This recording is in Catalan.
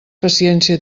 paciència